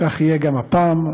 כך יהיה גם הפעם.